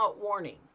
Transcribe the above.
warning